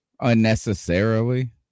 Unnecessarily